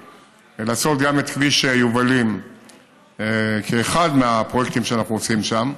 לעשות גם את כביש יובלים כאחד מהפרויקטים שאנחנו עושים שם,